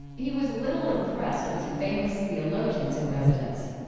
he was little impressed with famous theologians in residence,